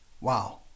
Wow